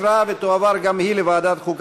הפסקת חברות בכנסת של חבר הכנסת המכהן כשר או כסגן שר (תיקוני חקיקה),